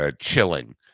chilling